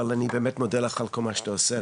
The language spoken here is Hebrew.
אבל אני באמת מודה לך על כל מה שאתה עושה,